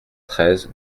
treize